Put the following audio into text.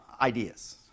ideas